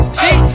see